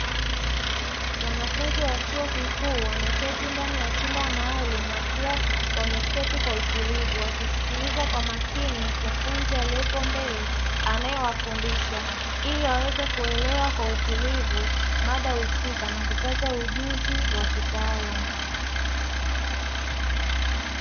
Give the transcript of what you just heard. Wanafunzi wa chuo kikuu wameketi ndani ya chumba maalumu, wakiwa wameketi kwa utulivu wakisikiliza kwa makini mkufunzi alioko mbele anayewafundisha ili waweze kuelewa kwa utulivu mada husika na kupata ujuzi wa kitaalamu.